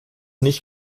nicht